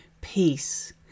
peace